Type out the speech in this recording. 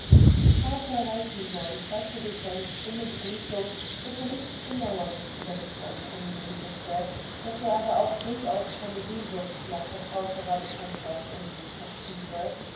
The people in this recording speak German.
vater reichenborn zeigte durch seine stumme begrüßung daß er nichts genaueres über diesen ankömmling wisse daß er aber auch durchaus keine sehnsucht nach vertrauterer bekanntschaft in sich verspüre